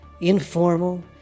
informal